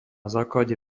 základe